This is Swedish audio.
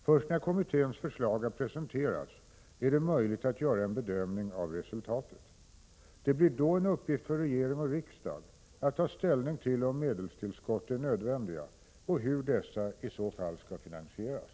Först när kommitténs förslag har presenterats är det möjligt att göra en bedömning av resultatet. Det blir då en uppgift för regering och riksdag att ta ställning till om medelstillskott är nödvändiga och hur dessa i så fall skall finansieras.